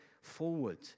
forward